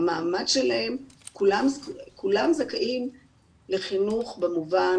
המעמד שלהם, כולם זכאים לחינוך במובן